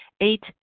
Eight